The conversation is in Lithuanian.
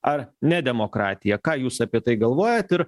ar ne demokratija ką jūs apie tai galvojat ir